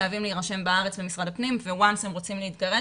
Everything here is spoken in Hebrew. חייבים להירשם בארץ במשרד הפנים וברגע שהם רוצים להתגרש